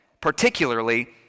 particularly